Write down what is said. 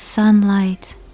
Sunlight